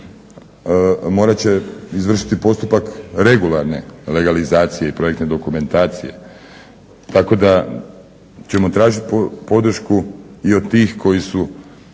morat će izvršiti postupak regularne legalizacije i projektne dokumentacije tako da ćemo tražiti podršku i od tih koji su